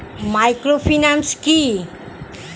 Microfinance কি?